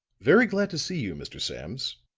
very glad to see you, mr. sams,